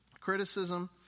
Criticism